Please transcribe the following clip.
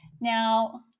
Now